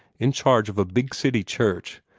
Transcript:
in charge of a big city church,